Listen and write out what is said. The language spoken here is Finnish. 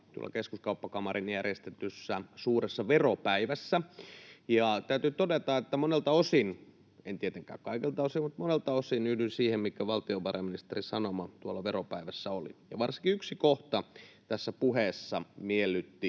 Keskuskauppakamarin järjestämässä Suuressa veropäivässä. Täytyy todeta, että monelta osin — en tietenkään kaikilta osin mutta monelta osin — yhdyn siihen, mikä valtiovarainministerin sanoma tuolla veropäivässä oli. Varsinkin yksi kohta tässä puheessa miellytti